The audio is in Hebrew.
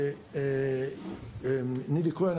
נילי כהן,